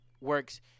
works